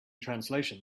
translation